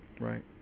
Right